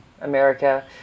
america